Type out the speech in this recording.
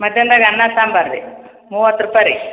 ಮಧ್ಯಾಹ್ನದಾಗ ಅನ್ನ ಸಾಂಬಾರು ರೀ ಮೂವತ್ತು ರೂಪಾಯಿ ರೀ